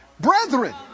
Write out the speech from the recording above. brethren